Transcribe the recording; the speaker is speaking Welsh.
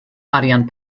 arian